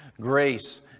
grace